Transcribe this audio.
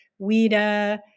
WIDA